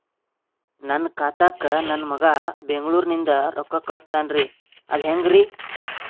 ನನ್ನ ಖಾತಾಕ್ಕ ನನ್ನ ಮಗಾ ಬೆಂಗಳೂರನಿಂದ ರೊಕ್ಕ ಕಳಸ್ತಾನ್ರಿ ಅದ ಹೆಂಗ್ರಿ?